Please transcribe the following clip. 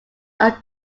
are